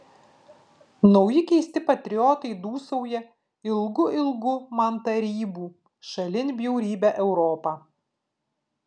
nauji keisti patriotai dūsauja ilgu ilgu man tarybų šalin bjaurybę europą